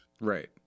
Right